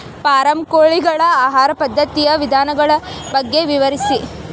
form ಕೋಳಿಗಳ ಆಹಾರ ಪದ್ಧತಿಯ ವಿಧಾನಗಳ ಬಗ್ಗೆ ವಿವರಿಸಿ